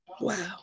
Wow